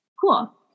Cool